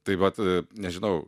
tai vat nežinau